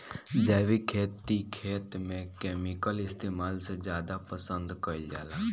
जैविक खेती खेत में केमिकल इस्तेमाल से ज्यादा पसंद कईल जाला